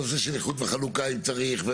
הנושא של איחוד וחלוקה אם צריך,